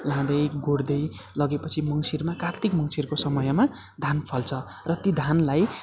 लाँदै गोड्दै लगेपछि मङ्सिरमा कार्तिक मङ्सिरको समयमा धान फल्छ र ती धानलाई